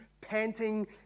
panting